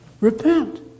Repent